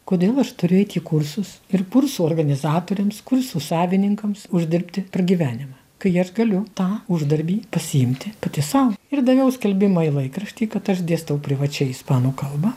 kodėl aš turiu eit į kursus ir kursų organizatoriams kursų savininkams uždirbti pragyvenimą kai aš galiu tą uždarbį pasiimti pati sau ir daviau skelbimą į laikraštį kad aš dėstau privačiai ispanų kalbą